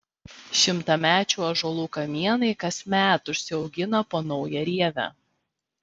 šimtamečių ąžuolų kamienai kasmet užsiaugina po naują rievę